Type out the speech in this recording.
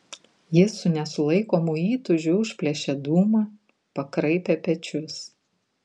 jis su nesulaikomu įtūžiu užplėšė dūmą pakraipė pečius